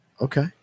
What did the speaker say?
Okay